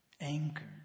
anchored